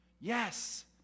Yes